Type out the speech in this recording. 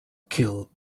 kill